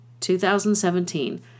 2017